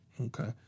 Okay